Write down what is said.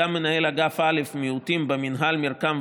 כמובן שאין שום רע בכך,